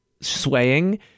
swaying